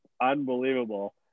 unbelievable